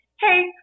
hey